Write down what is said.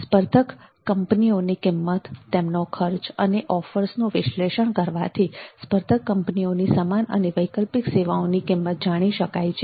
સ્પર્ધક કંપનીઓની કિંમત તેમનો ખર્ચ અને ઓફર્સનું વિશ્લેષણ કરવાથી સ્પર્ધક કંપનીઓની સમાન અને વૈકલ્પિક સેવાઓને કિંમત જાણી શકાય છે